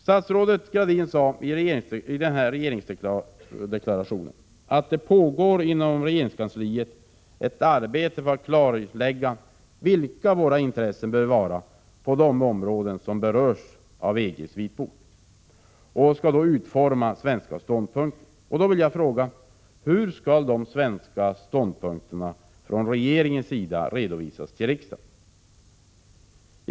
Statsrådet Gradin sade i regeringsdeklarationen att det inom regeringskansliet pågår ett arbete för att klarlägga vilka våra intressen bör vara på de områden som berörs av EG:s vitbok och för att utforma den svenska ståndpunkten. Då vill jag fråga: Hur skall den svenska ståndpunkten från regeringens sida redovisas till riksdagen?